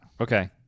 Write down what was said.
Okay